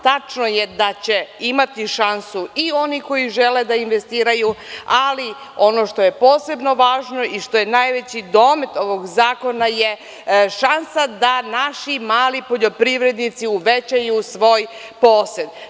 Tačno je da će imati šansu i oni koji žele da investiraju, ali ono što je posebno važno i što je najveći domet ovog zakona je šansa da naši mali poljoprivrednici uvećaju svoj posed.